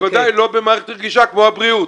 בוודאי לא במערכת רגישה כמו הבריאות.